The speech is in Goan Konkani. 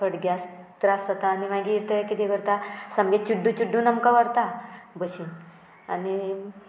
फडग्यास त्रास जाता आनी मागीर ते किदें करता सामकें चिड्डू चिड्डून आमकां व्हरता भशेन आनी